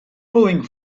pulling